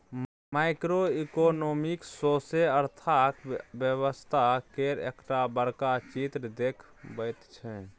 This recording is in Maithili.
माइक्रो इकोनॉमिक्स सौसें अर्थक व्यवस्था केर एकटा बड़का चित्र देखबैत छै